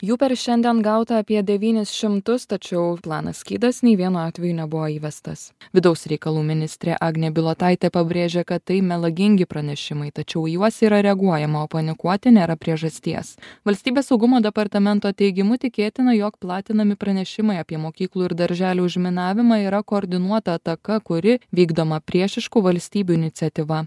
jų per šiandien gauta apie devynis šimtus tačiau planas skydas nei vienu atveju nebuvo įvestas vidaus reikalų ministrė agnė bilotaitė pabrėžė kad tai melagingi pranešimai tačiau į juos yra reaguojama o panikuoti nėra priežasties valstybės saugumo departamento teigimu tikėtina jog platinami pranešimai apie mokyklų ir darželių užminavimą yra koordinuota ataka kuri vykdoma priešiškų valstybių iniciatyva